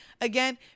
Again